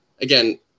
again